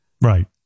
Right